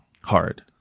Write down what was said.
hard